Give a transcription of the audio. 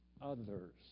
others